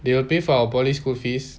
they will pay for our bodies school fees